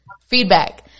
feedback